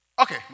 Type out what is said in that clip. Okay